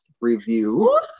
review